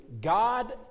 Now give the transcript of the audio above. God